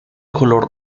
color